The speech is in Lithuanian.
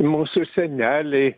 mūsų seneliai